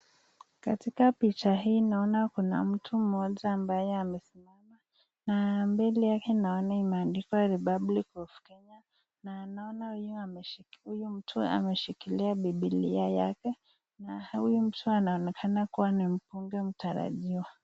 Katika picha hii naona kuna mtu moja ambaye amesimama na mbele yake naona imeandikwa republic of Kenya . Naona huyu mtu ameshikilia bibilia yake na huyo mtu anaonekana kuwa ni mbunge mtarajiwa.